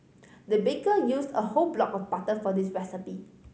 the baker used a whole block of butter for this recipe